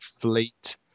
fleet